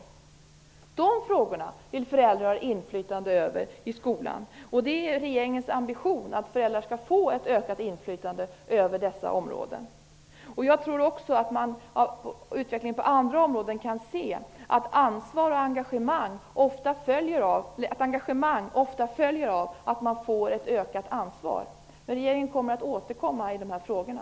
Sådana frågor vill föräldrar ha ett inflytande över i skolan. Det är regeringens ambition att föräldrar skall få ett ökat inflytande över dessa områden. Jag tror också att man av utvecklingen på andra områden kan se att engagemang ofta följer av att människor får ett ökat ansvar. Regeringen återkommer i de frågorna.